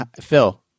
Phil